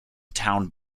town